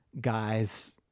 guys